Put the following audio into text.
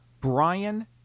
Brian